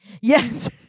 Yes